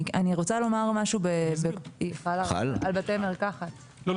אני רוצה לומר משהו על בתי מרקחת -- לא,